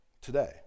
today